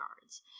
guards